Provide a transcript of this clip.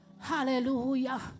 Hallelujah